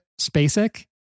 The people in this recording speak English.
Spacek